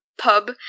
pub